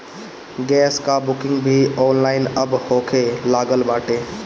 gas कअ booking भी online अब होखे लागल बाटे